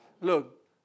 Look